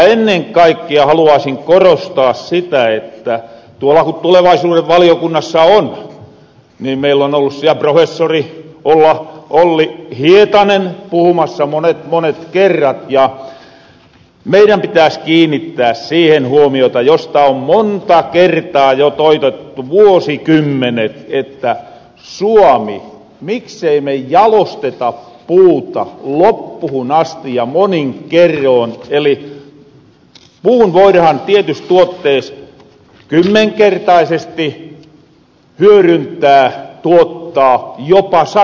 ennen kaikkia haluaasin korostaa sitä että tuolla ku tulevaisuuden valiokunnassa on niin meillä on ollut siellä professori olli hietanen puhumassa monet monet kerrat ja meirän pitääs kiinnittää siihen huomiota josta on monta kertaa jo toitotettu vuosikymmenet että suomi miksei me jalosteta puuta loppuhun asti ja monin kerroon eli puu voidahan tietys tuottees kymmenkertaisesti hyöryntää tuottaa jopa satakertaisesti